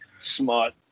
smart